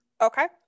okay